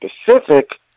specific